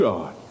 God